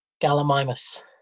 gallimimus